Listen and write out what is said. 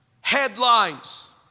headlines